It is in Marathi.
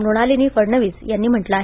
मृणालिनी फडणवीस यांनी म्हटले आहे